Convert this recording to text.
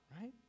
Right